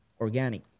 organic